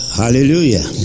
hallelujah